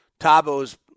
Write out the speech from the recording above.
Tabo's